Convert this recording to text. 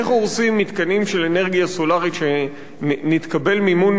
איך הורסים מתקנים של אנרגיה סולרית כשנתקבל מימון